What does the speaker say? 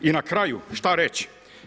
I na kraju šta reći?